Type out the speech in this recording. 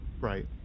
Right